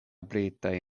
britaj